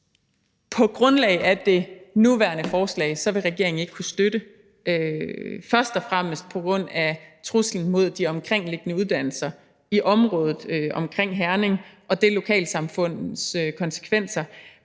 På grundlag af det nuværende forslag vil regeringen ikke kunne støtte det. Først og fremmest på grund af truslen mod de omkringliggende uddannelser i området omkring Herning og konsekvenserne